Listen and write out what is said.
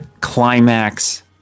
climax